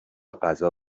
غذا